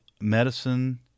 Medicine